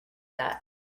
that